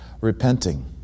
repenting